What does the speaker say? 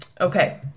Okay